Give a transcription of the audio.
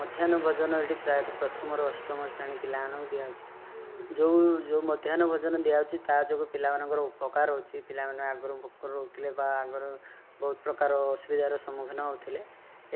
ମଧ୍ୟାହ୍ନ ଭୋଜନ ଏଠି ପ୍ରାୟତଃ ପ୍ରଥମରୁ ଅଷ୍ଟମ ଶ୍ରେଣୀ ପିଲାମାନଙ୍କୁ ଦିଆ ହେଉଛି ଯେଉଁ ଯେଉଁ ମଧ୍ୟାହ୍ନ ଭୋଜନ ଦିଆହେଉଛି ତା' ଯୋଗୁଁ ପିଲାମାନଙ୍କର ଉପକାର ହେଉଛି ପିଲାମାନେ ଆଗରୁ ଭୋକରେ ରହୁଥିଲେ ବା ଆଗରୁ ବହୁତପ୍ରକାର ଅସୁବିଧାର ସମ୍ମୁଖୀନ ହେଉଥିଲେ